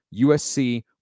usc